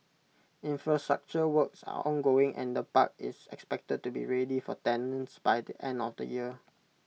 infrastructure works are ongoing and the park is expected to be ready for tenants by the end of the year